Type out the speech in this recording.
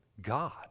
God